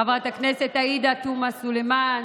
חברת הכנסת עאידה תומא סלימאן,